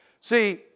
See